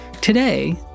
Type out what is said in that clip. Today